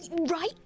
right